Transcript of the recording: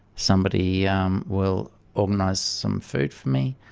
somebody um will organise some food for me.